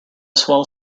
swell